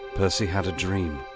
percy had a dream.